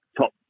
top